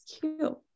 cute